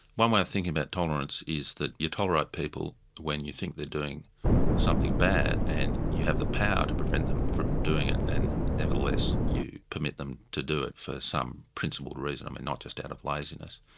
one way of thinking about tolerance is that you tolerate people when you think they're doing something bad and you have the power to prevent them from doing it, and nevertheless you permit them to do it for some principled reason, i mean um and not just out of laziness.